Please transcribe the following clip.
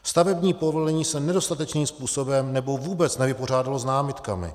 Stavební povolení se nedostatečným způsobem nebo vůbec nevypořádalo s námitkami.